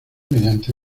mediante